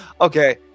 Okay